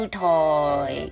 toy 。